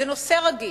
זה נושא רגיש,